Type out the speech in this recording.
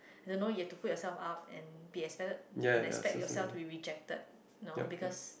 the know you have put yourself up and be expected and then expects yourself to be rejected you know because